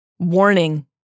Warning